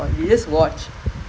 even like a lot of teams like